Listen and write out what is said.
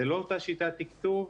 זה לא אותה שיטת תקצוב.